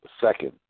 second